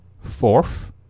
Fourth